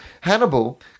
Hannibal